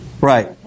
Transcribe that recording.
Right